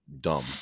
dumb